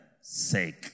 sake